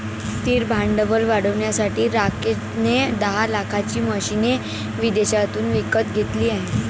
स्थिर भांडवल वाढवण्यासाठी राकेश ने दहा लाखाची मशीने विदेशातून विकत घेतले आहे